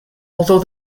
although